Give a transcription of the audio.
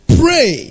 pray